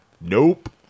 Nope